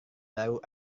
baru